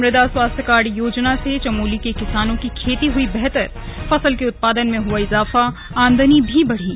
मृदा स्वास्थ्य कार्ड योजना से चमोली के किसानों की खेती हुई बेहतरफसल के उत्पादन में हुआ इजाफा आमदनी भी बढ़ी